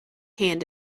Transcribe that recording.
hand